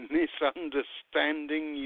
misunderstanding